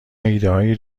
ایدههای